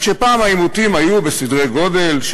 רק שפעם העימותים היו בסדרי גודל של